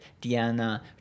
Diana